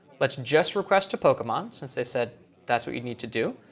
let's just request a pokemon, since they said that's what you need to do.